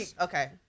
Okay